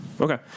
Okay